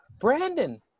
Brandon